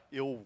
eu